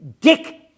Dick